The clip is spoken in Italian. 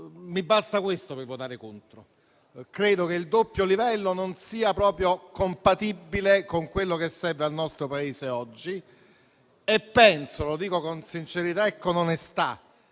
Mi basta questo per votare contro. Credo che il doppio livello non sia proprio compatibile con quello che serve al nostro Paese oggi e penso - lo dico con sincerità e onestà